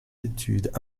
études